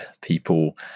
people